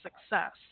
success